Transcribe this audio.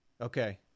okay